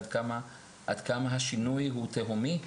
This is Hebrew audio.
עד כמה השינוי הוא תהומי,